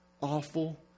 awful